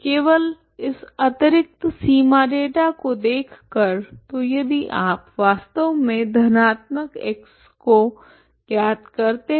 केवल इस अतिरिक्त सीमा डेटा को देखकर तो यदि आप वास्तव में धनात्मक x को ज्ञात करते हुए